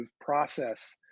process